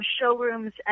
showrooms